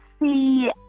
see